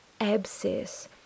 abscess